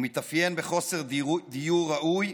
הוא מתאפיין בחוסר דיור ראוי,